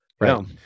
Right